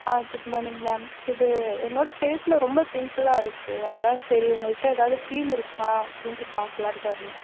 ஆ good morning ma'am இது என்னோடய ஃபேஸில் ரொம்ப பிம்ப்பிளாக இருக்குது அதுதான் சரி உங்கள்கிட்ட ஏதாவது க்ரீம் இருக்குமா அப்படின்ட்டு பார்க்கலான்ட்டு வந்தேன்